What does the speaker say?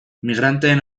migranteen